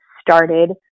started